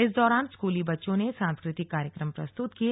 इस दौरान स्कूली बच्चों ने सांस्कृतिक कार्यक्रम प्रस्तुत किए